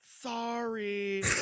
sorry